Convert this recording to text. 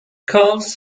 calves